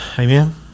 Amen